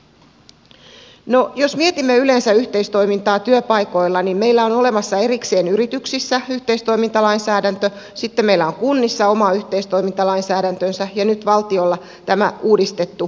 jos mietimme yleensä yhteistoimintaa työpaikoilla niin meillä on olemassa erikseen yrityksissä yhteistoimintalainsäädäntö sitten meillä on kunnissa oma yhteistoimintalainsäädäntönsä ja nyt valtiolla tämä uudistettu laki